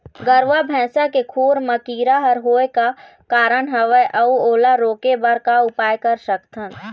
गरवा भैंसा के खुर मा कीरा हर होय का कारण हवए अऊ ओला रोके बर का उपाय कर सकथन?